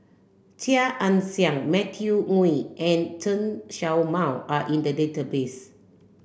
Chia Ann Siang Matthew Ngui and Chen Show Mao are in the database